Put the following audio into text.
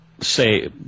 say